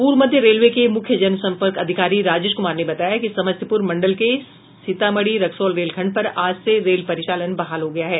पूर्व मध्य रेलवे के मुख्य जनसंपर्क अधिकारी राजेश कुमार ने बताया कि समस्तीपुर मंडल के सीतामढ़ी रक्सौल रेलखंड पर आज से रेल परिचालन बहाल हो गया है